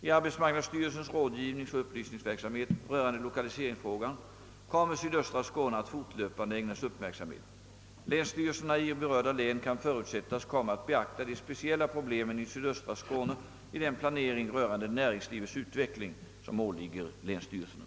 I arbetsmarknadsstyrelsens rådgivningsoch upplysningsverksamhet rörande lokaliseringsfrågor kommer sydöstra Skåne att fortlöpande ägnas uppmärksamhet. Länsstyrelserna i berörda län kan förutsättas komma att beakta de speciella problemen i sydöstra Skåne i den planering rörande näringslivets utveckling som åligger länsstyrelserna.